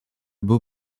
beau